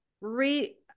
re